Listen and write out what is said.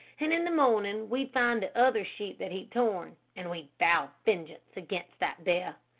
and in the morning we'd find the other sheep that he'd torn, and we'd vow vengeance against that bear.